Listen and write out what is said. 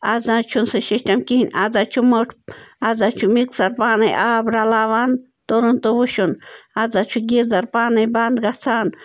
آز نَہ حظ چھُنہٕ سُہ شِشٹم کِہیٖنۍ آز حظ چھُ مٔٹ آز حظ چھُ مِکسَر پانَے آب رَلاوان تُرُن تہٕ وُشُن آز حظ چھُ گیٖزَر پانَے بنٛد گَژھان